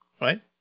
right